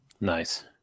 Nice